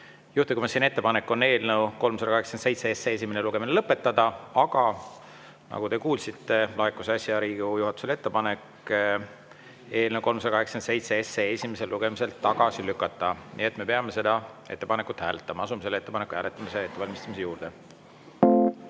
Juhtivkomisjoni ettepanek on eelnõu 387 esimene lugemine lõpetada, aga nagu te kuulsite, laekus äsja Riigikogu juhatusele ettepanek eelnõu 387 esimesel lugemisel tagasi lükata. Me peame seda ettepanekut hääletama. Asume selle ettepaneku hääletamise ettevalmistamise juurde.